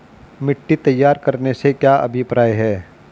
मिट्टी तैयार करने से क्या अभिप्राय है?